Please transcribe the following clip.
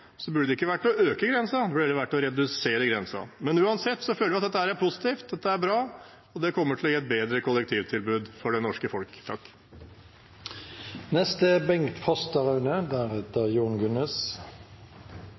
burde det ikke vært å øke grensen, men å redusere den. Uansett, vi føler dette er positivt, dette er bra, og det kommer til å gi et bedre kollektivtilbud for det norske folk.